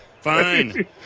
Fine